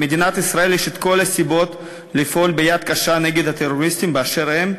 למדינת ישראל יש כל הסיבות לפעול ביד קשה נגד הטרוריסטים באשר הם,